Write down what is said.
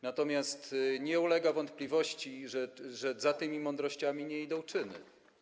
Natomiast nie ulega wątpliwości, że za tymi mądrościami nie idą czyny.